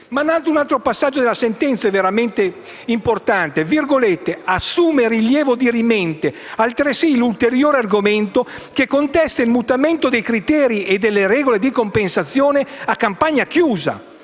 Un altro passaggio della sentenza è veramente importante: «assume rilievo dirimente altresì l'ulteriore argomento che contesta il mutamento dei criteri e delle regole di compensazione a campagna chiusa».